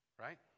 right